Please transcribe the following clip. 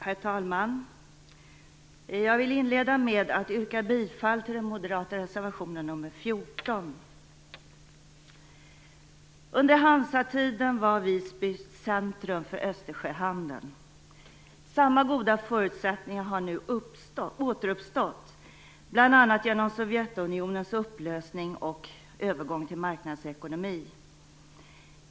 Herr talman! Jag vill inleda med att yrka bifall till den moderata reservationen nr 14. Under Hansatiden var Visby centrum för Östersjöhandeln. Samma goda förutsättningar har nu återuppstått, bl.a. genom Sovjetunionens upplösning och övergång till marknadsekonomi.